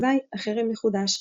אזי "החרם יחודש...